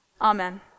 Amen